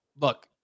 look